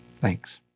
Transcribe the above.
Thanks